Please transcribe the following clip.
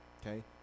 okay